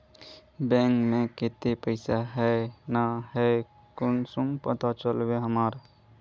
Bank में केते पैसा है ना है कुंसम पता चलते हमरा?